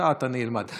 אט-אט אני אלמד.